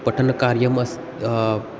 पठनकार्यम् अस्ति